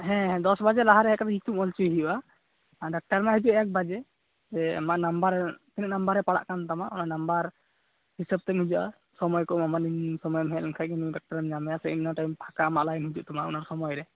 ᱦᱮᱸ ᱫᱚᱥ ᱵᱟᱡᱮ ᱞᱟᱦᱟ ᱨᱮ ᱦᱮᱡ ᱠᱟᱛᱮ ᱧᱩᱛᱩᱢ ᱚᱞ ᱦᱚᱪᱚᱭ ᱦᱩᱭᱩᱜᱼᱟ ᱟᱨ ᱰᱟᱠᱛᱟᱨ ᱢᱟᱭ ᱦᱤᱡᱩᱜᱼᱟ ᱮᱠ ᱵᱟᱡᱮ ᱟᱢᱟᱜ ᱱᱟᱢᱵᱟᱨ ᱛᱤᱱᱟᱹᱜ ᱱᱟᱢᱵᱟᱨ ᱨᱮ ᱯᱟᱲᱟᱜ ᱠᱟᱱᱛᱟᱢᱟ ᱚᱱᱟ ᱱᱟᱢᱵᱟᱨ ᱦᱤᱥᱟᱹᱵ ᱛᱮᱢ ᱦᱤᱡᱩᱜᱼᱟ ᱥᱚᱢᱳᱭ ᱠᱚ ᱮᱢᱟᱢᱟ ᱱᱤᱱ ᱥᱚᱢᱳᱭᱮᱢ ᱦᱮᱡ ᱞᱮᱱᱠᱷᱟᱱ ᱜᱮ ᱱᱩᱭ ᱰᱟᱠᱛᱟᱨᱮᱢ ᱧᱟᱢᱮᱭᱟ ᱥᱮ ᱤᱱᱟᱹ ᱴᱟᱭᱤᱢ ᱯᱷᱟᱠᱟ ᱟᱢᱟᱜ ᱞᱟᱭᱤᱱ ᱦᱤᱡᱩᱜ ᱛᱟᱢᱟ ᱚᱱᱟ ᱥᱚᱢᱳᱭ ᱨᱮ